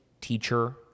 teacher